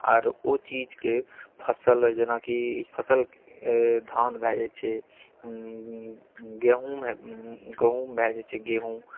आर ओ चीजके फसल जेनाकि फसल धान भए जाइत छै गेहूँ गहुँम भए जाइत छै गेहूँ